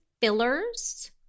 fillers